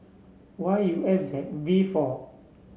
Y U F Z V four